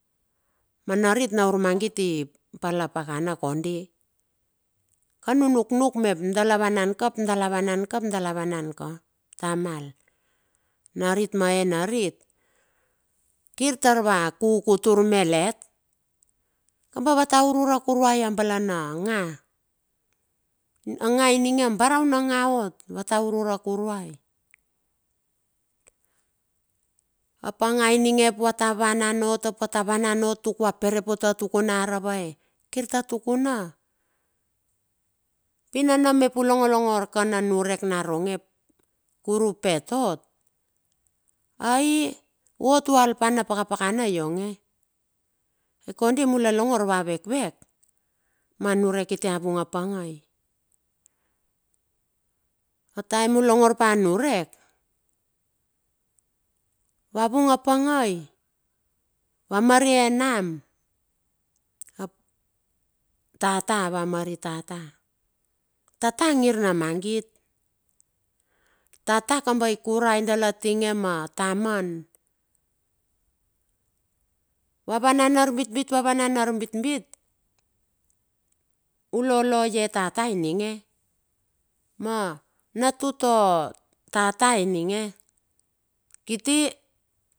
Ma narit naur mangit i palapakana kondi. Kan io u nuknuk mep dala vanan ka hap dala vanan ka hap dala vanan ka, tamal. Narit ma ae narit, kir tar va kukutur melet. Kamba va ta urure kuruai a balana nga. a nga ininge a barauna ot, va ta urure kuruai. Ap a nga ininge va ta vanan ot va ta vanan ot tuk va ta perepote a tukuna a ravae? Kir ta tukuna. Pi nana mep u longolongor ka na niurek naronge ap kir u pet ot. ai u ot va alpa na pakapakana ionge. Ai kondi mula longor ava vekvek, ma niurek kiti a vung a pangei, a taem u longor pa niurek, va vung a pangai, wa mari enam ap tata va mari tata. Tata a ngir na mangit, tata kamba ikurai dala tinge ma taman. Vavanan arbitbit vavanan arbitbit, ulolo a ie tata i ninge, ma natu to tata ininge, kiti.